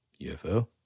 UFO